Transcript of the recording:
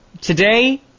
Today